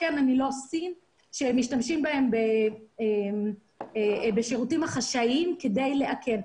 אחרות שמשתמשים בהן בשירותים החשאיים כדי לאכן.